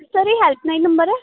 sir ਇਹ helpline number ਹੈ